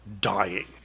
dying